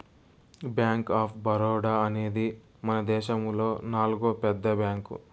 bank of Baroda అనేది మనదేశములో నాల్గో పెద్ద బ్యాంక్